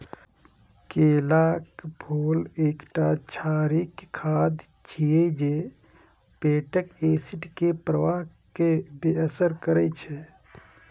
केलाक फूल एकटा क्षारीय खाद्य छियै जे पेटक एसिड के प्रवाह कें बेअसर करै छै